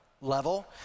level